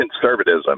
conservatism